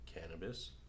cannabis